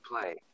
play